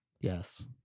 Yes